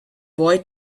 boy